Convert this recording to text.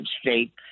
state